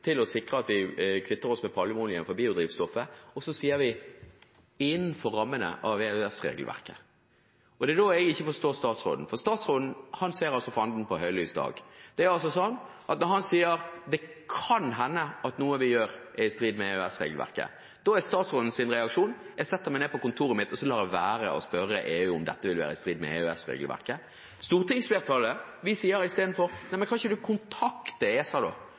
å sikre at vi kvitter oss med palmeolje i biodrivstoffet innenfor rammene av EØS-regelverket. Det er da jeg ikke forstår statsråden, for statsråden ser altså fanden på høylys dag. Når han sier at det kan hende at noe av det vi gjør, er i strid med EØS-regelverket, er statsrådens reaksjon: Jeg setter meg ned på kontoret mitt og lar være å spørre EU om dette vil være i strid med EØS-regelverket. Vi, stortingsflertallet, sier istedenfor: Kan ikke statsråden kontakte ESA, da?